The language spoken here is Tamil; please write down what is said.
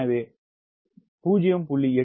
எனவே 0